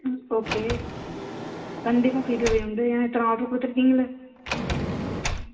ம் ஓகே கண்டிப்பாக free delivery உண்டு ஏன்னா இத்தனை ஆர்டர் கொடுத்து இருக்கீங்களே